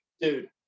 Dude